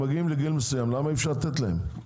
מגיעים לגיל מסוים למה אי אפשר לתת להם?